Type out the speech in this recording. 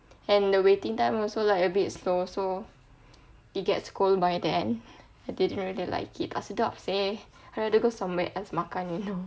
and the waiting time also like a bit slow so it gets cold by then I didn't really like tak sedap seh I had to go somewhere else makan you know